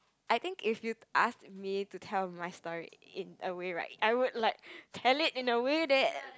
I think if you ask me to tell my story in a way right I would like tell it in a way that